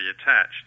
attached